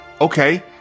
okay